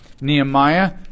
Nehemiah